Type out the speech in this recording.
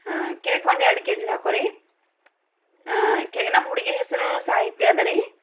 ಹಾಂ ಕೇಕ್ ಒಂದು ಎರಡು ಕೆ ಜಿದು ಹಾಕೋರಿ ಹಾಂ ನಮ್ಮ ಹುಡುಗಿ ಹೆಸರು ಸಾಹಿತ್ಯ ಅದ ರಿ